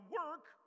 work